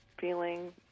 feeling